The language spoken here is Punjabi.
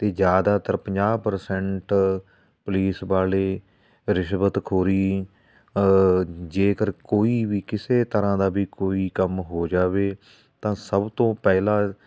ਅਤੇ ਜ਼ਿਆਦਾਤਰ ਪੰਜਾਹ ਪ੍ਰਸੈਂਟ ਪੁਲਿਸ ਵਾਲੇ ਰਿਸ਼ਵਤਖੋਰੀ ਜੇਕਰ ਕੋਈ ਵੀ ਕਿਸੇ ਤਰ੍ਹਾਂ ਦਾ ਵੀ ਕੋਈ ਕੰਮ ਹੋ ਜਾਵੇ ਤਾਂ ਸਭ ਤੋਂ ਪਹਿਲਾਂ